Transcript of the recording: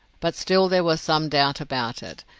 but still there was some doubt about it,